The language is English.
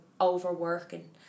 overworking